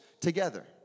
together